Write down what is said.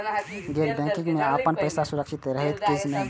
गैर बैकिंग में अपन पैसा सुरक्षित रहैत कि नहिं?